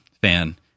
fan